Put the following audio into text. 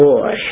Boy